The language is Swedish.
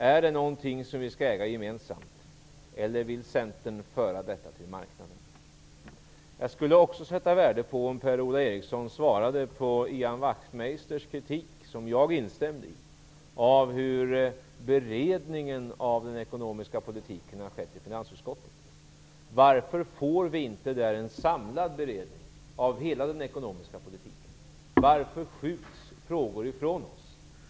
Skall vi äga gemensamt eller vill Centern föra ut Vattenfall till marknaden? Jag skulle också sätta värde på om Per-Ola Eriksson svarade på Ian Wachtmeisters kritik, som jag instämde i, av hur beredningen av den ekonomiska politiken har skett i finansutskottet. Varför får vi inte en samlad beredning av hela den ekonomiska politiken? Varför skjuts frågor ifrån oss?